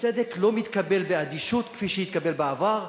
האי-צדק לא מתקבל באדישות כפי שהתקבל בעבר,